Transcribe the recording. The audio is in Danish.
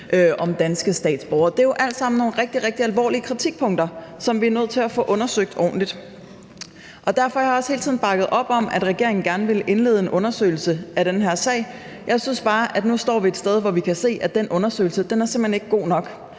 videregivet. Det er jo alt sammen nogle rigtig, rigtig alvorlige kritikpunkter, som vi er nødt til at få undersøgt ordentligt. Derfor har jeg også hele tiden bakket op om, at regeringen gerne ville indlede en undersøgelse af den her sag. Jeg synes bare, at vi nu står et sted, hvor vi kan se, at den undersøgelse simpelt hen ikke er god nok,